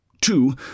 two